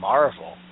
Marvel